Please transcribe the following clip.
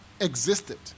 existed